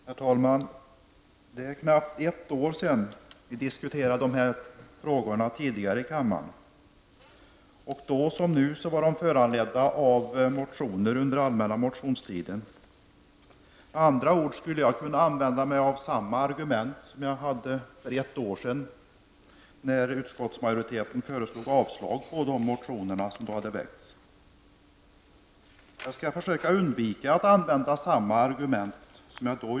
Herr talman! Det är knappt ett år sedan vi diskuterade dessa frågor i kammaren. Då som nu var de föranledda av motioner väckta under den allmänna motionstiden. Med andra ord skulle jag kunna använda mig av samma argument som jag använde mig av för ett år sedan när utskottsmajoriteten avstyrkte de motioner som då hade väckts. Jag skall försöka undvika att använda samma argument som då.